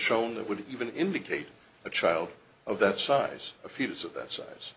shown that would even indicate a child of that size a fetus of that size